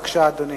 בבקשה, אדוני.